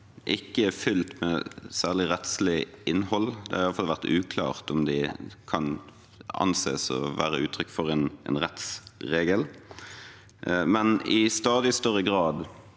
ikke er fylt med særlig rettslig innhold, det har i hvert fall vært uklart om det kan anses å være uttrykk for en rettsregel, men i stadig større grad